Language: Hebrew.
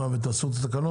ומה, ומתי תעשו את התקנות?